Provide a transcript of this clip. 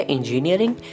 Engineering